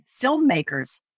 filmmakers